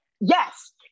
Yes